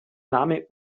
name